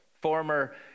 former